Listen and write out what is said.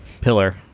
pillar